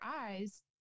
eyes